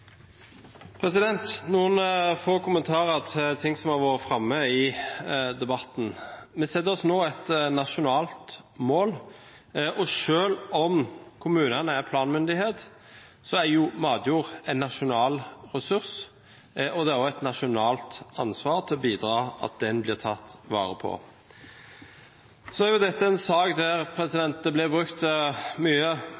noen få kommentarer til ting som har vært framme i debatten. Vi setter oss nå et nasjonalt mål, og selv om kommunene er planmyndighet, er jo matjord en nasjonal ressurs og det er også et nasjonalt ansvar å bidra til at den blir tatt vare på. Så er dette en sak der det blir brukt mye